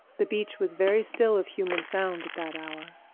the beach was very still of human sound at that hour.